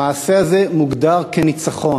"עובדה", המעשה הזה מוגדר כניצחון.